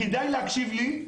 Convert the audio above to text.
כדאי להקשיב לי,